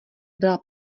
byla